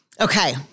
Okay